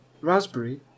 raspberry